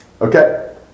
Okay